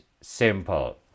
simple